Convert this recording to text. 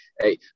Hey